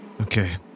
Okay